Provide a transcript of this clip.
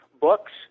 books